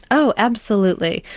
oh absolutely.